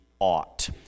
ought